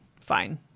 fine